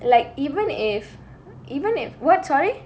like even if even if what sorry